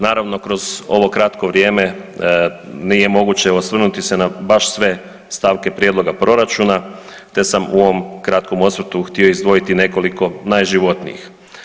Naravno kroz ovo kratko vrijeme nije moguće osvrnuti se na baš sve stavke prijedloga proračuna, te sam u ovom kratkom osvrtu htio izdvojiti nekoliko najživotnijih.